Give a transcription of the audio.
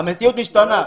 המציאות משתנה.